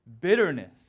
bitterness